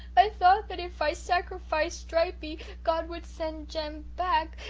but thought but if i sacrificed stripey god would send jem back.